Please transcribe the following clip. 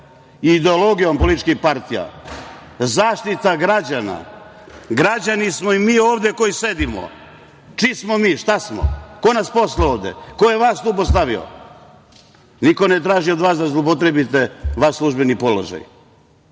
i ideologijom političkih partija. Zaštita građana. Građani smo i mi ovde koji sedimo. Čiji smo mi? Šta smo? Ko nas je poslao ovde? Ko je vas postavio? Niko ne traži od vas da zloupotrebite vaš službeni položaj,